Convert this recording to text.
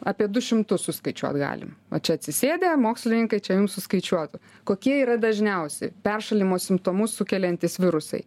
apie du šimtus suskaičiuot galim va čia atsisėdę mokslininkai čia jum suskaičiuotų kokie yra dažniausi peršalimo simptomus sukeliantys virusai